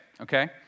okay